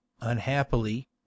unhappily